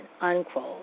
unquote